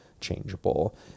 changeable